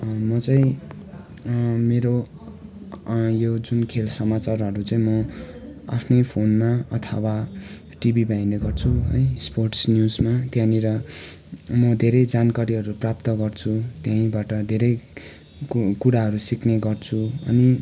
म चाहिँ मेरो यो जुन खेल समाचारहरू चाहिँ म आफ्नै फोनमा अथवा टिभीमा हेर्ने गर्छु है स्पोर्ट्स न्युजमा त्यहाँनिर म धेरै जानकारीहरू प्राप्त गर्छु त्यहीँबाट धेरैको कुराहरू सिक्ने गर्छु अनि